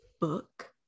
book